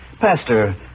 Pastor